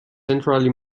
centrally